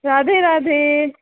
Radhe Radhe